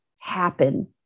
happen